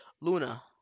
Luna